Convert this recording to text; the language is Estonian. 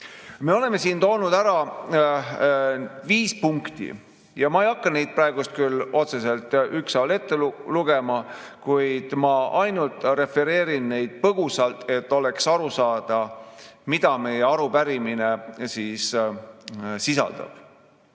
Me oleme siin toonud ära viis punkti. Ma ei hakka neid praegu ükshaaval ette lugema, ma ainult refereerin neid põgusalt, et oleks aru saada, mida meie arupärimine sisaldab.